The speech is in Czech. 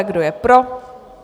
Kdo je pro?